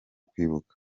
kwibuka